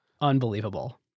Unbelievable